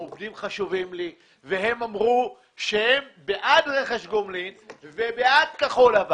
העובדים חשובים לי והם אמרו שהם בעד רכש גומלין ובעד כחול-לבן